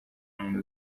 muntu